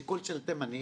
שיכון של תימנים,